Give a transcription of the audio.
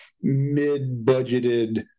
mid-budgeted